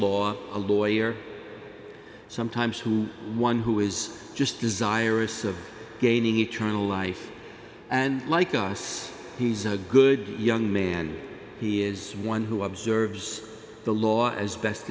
law a lawyer sometimes who one who is just desirous of gaining eternal life and like us he's a good young man he is someone who observes the law as best